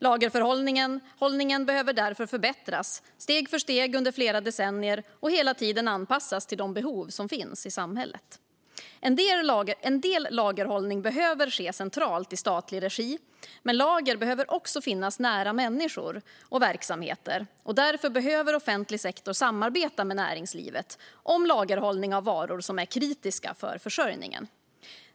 Lagerhållningen behöver därför förbättras steg för steg under flera decennier och hela tiden anpassas till de behov som finns i samhället. En del lagerhållning behöver ske centralt i statlig regi, men lager behöver också finnas nära människor och verksamheter. Därför behöver offentlig sektor samarbeta med näringslivet om lagerhållning av varor som är kritiska för försörjningen.